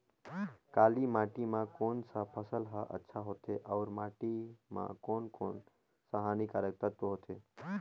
काली माटी मां कोन सा फसल ह अच्छा होथे अउर माटी म कोन कोन स हानिकारक तत्व होथे?